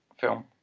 film